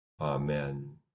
Amen